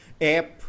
app